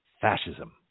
Fascism